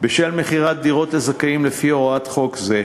בשל מכירת דירות לזכאים לפי הוראות חוק זה,